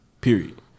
period